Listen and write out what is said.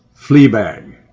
Fleabag